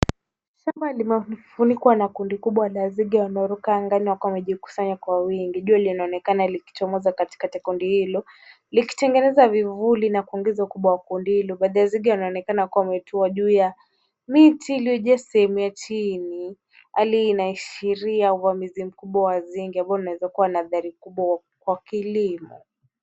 Shamba limefunikwa na kundi kubwa la nzige wanaoruka angani wakiwa wamejikusanya kwa wingi. Jua linaonekana likichomoza katikati ya kundi hilo, likitengeneza vivuli na kuongeza ukubwa wa kundi hilo. Baadhi ya nzige wanaonekana kuwa wametua juu ya miti iliyojaa sehemu ya chini. Hali inaashiria uvamizi mkubwa wa nzige ambao unawezakua na athari kubwa kwa kilimo.